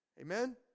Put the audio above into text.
Amen